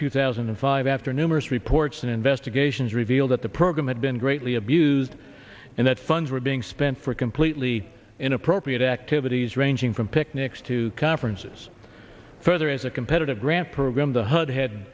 two thousand and five after numerous reports in investigations reveal that the program had been greatly abused and that funds were being spent for completely inappropriate activities ranging from picnics to conferences further as a competitive grant program the hud had